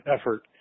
effort